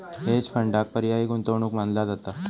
hedge फंडांक पर्यायी गुंतवणूक मानला जाता